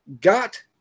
got